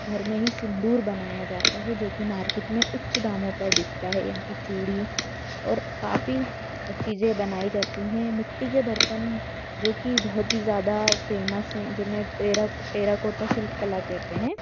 घर में ही सिंदूर बनाया जाता हूँ जो कि मार्केट में उच्च दामों पर बिकता है यहाँ की चूड़ी और काफ़ी चीज़ें बनाई जाती हैं मिट्टी के बर्तन जो कि बहुत ही ज़्यादा फेमस हैं जिन्हें टेरा टेराकोटा शिल्प कला कहते हैं